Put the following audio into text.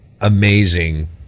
amazing